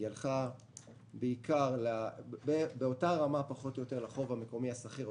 היא הלכה באותה רמה פחות או יותר לחוב המקומי הסחיר,